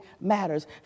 matters